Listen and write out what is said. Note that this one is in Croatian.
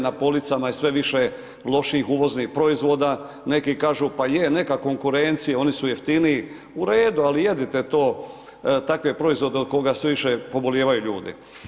Na policama je sve više loših uvoznih proizvoda, neki kažu, pa je, neka konkurencije, oni su jeftiniji, u redu, ali jedino to, takve proizvode od koga sve više pobolijevaju ljudi.